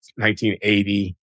1980